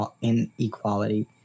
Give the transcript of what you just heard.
inequality